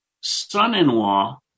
son-in-law